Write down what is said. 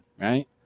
right